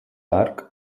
hark